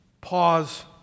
pause